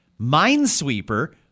Minesweeper